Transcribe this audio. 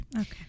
Okay